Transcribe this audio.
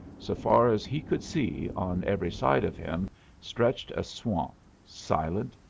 so far as he could see, on every side of him stretched a swamp, silent,